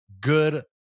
good